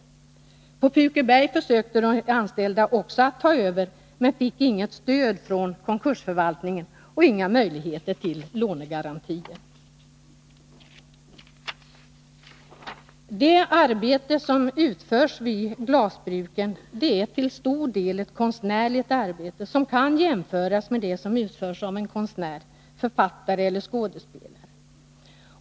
Också på Pukeberg försökte de anställda att ta över, men de fick inget stöd från konkursförvaltningen och inga möjligheter till lånegarantier. Det arbete som utförs vid glasbruken är till stor del ett konstnärligt arbete, som kan jämföras med det som utförs av en målare, författare eller skådespelare.